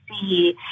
see